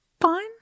Fine